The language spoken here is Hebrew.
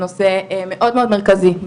נושא מאוד מאוד מרכזי,